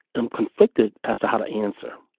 i'm conflicted as to how to answer.